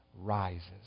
rises